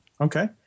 Okay